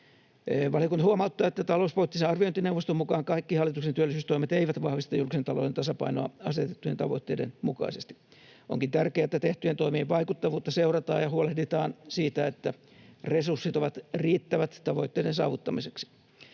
Valiokunta huomauttaa, että talouspoliittisen arviointineuvoston mukaan kaikki hallituksen työllisyystoimet eivät vahvista julkisen talouden tasapainoa asetettujen tavoitteiden mukaisesti. Onkin tärkeää, että tehtyjen toimien vaikuttavuutta seurataan ja huolehditaan siitä, että resurssit ovat riittävät tavoitteiden saavuttamiseksi.